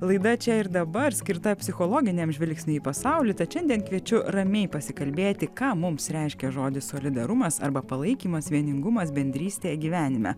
laida čia ir dabar skirta psichologiniam žvilgsnį į pasaulį tad šiandien kviečiu ramiai pasikalbėti ką mums reiškia žodis solidarumas arba palaikymas vieningumas bendrystė gyvenime